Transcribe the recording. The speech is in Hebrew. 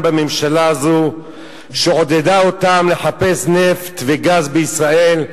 בממשלה הזו שעודדה אותם לחפש נפט וגז בישראל,